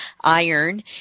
iron